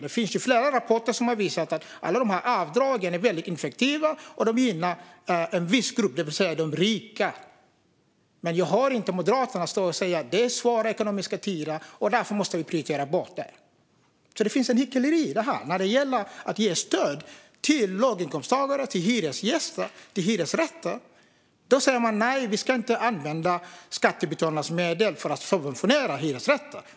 Det finns flera rapporter som har visat att alla dessa avdrag är väldigt ineffektiva. De gynnar en viss grupp, det vill säga de rika. Jag hör inte moderaterna stå och säga: Det är svåra ekonomiska tider, och därför måste vi prioritera bort det. Det finns ett hyckleri i detta. När det gäller att ge stöd till låginkomsttagare och hyresgäster för hyresrätter säger de nej. Vi ska inte använda skattebetalarnas medel för att subventionera hyresrätter.